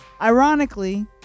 Ironically